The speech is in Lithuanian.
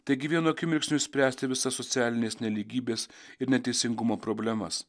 taigi vienu akimirksniu išspręsti visas socialines nelygybes ir neteisingumo problemas